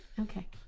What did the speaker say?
Okay